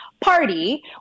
party